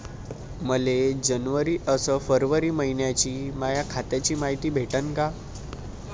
मले जनवरी अस फरवरी मइन्याची माया खात्याची मायती भेटन का?